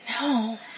No